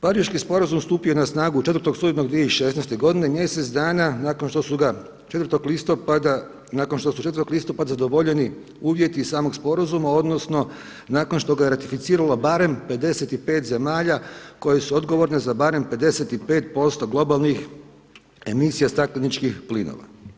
Pariški sporazum stupio je na snagu 4. studenog 2016. godine, mjesec dana nakon što su ga 4. listopada, nakon što su 4. listopada zadovoljeni uvjeti iz samog sporazuma odnosno nakon što ga je ratificiralo barem 55 zemalja koje su odgovorne za barem 55% globalnih emisija stakleničkih plinova.